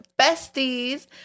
besties